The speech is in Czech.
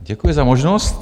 Děkuji za možnost.